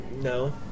No